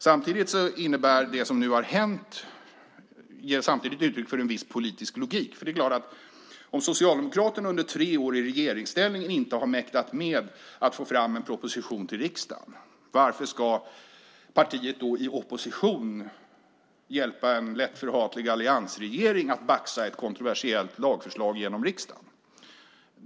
Samtidigt ger det som nu har hänt uttryck för en viss politisk logik, för det är klart att om Socialdemokraterna under tre år i regeringsställning inte har mäktat med att få fram en proposition till riksdagen - varför ska då partiet i opposition hjälpa en lätt förhatlig alliansregering att baxa ett kontroversiellt lagförslag genom riksdagen?